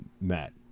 Matt